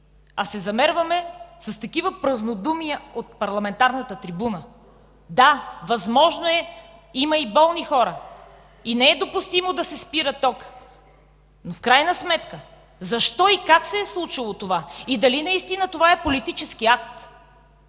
а се замерваме с такива празнодумия от парламентарната трибуна. Да, възможно е, има и болни хора и не е допустимо да се спира токът, но защо и как се е случило това, и дали наистина това е политически акт.